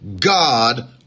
God